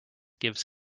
gives